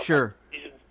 Sure